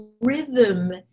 rhythm